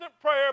prayer